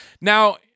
Now